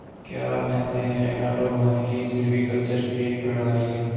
क्या आप जानते है एनालॉग वानिकी सिल्वीकल्चर की एक प्रणाली है